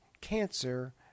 cancer